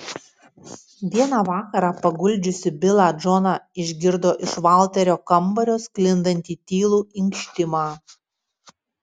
vieną vakarą paguldžiusi bilą džoną išgirdo iš valterio kambario sklindantį tylų inkštimą